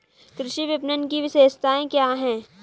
कृषि विपणन की विशेषताएं क्या हैं?